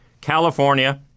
California